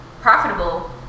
profitable